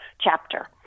chapter